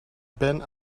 been